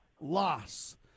loss